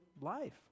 life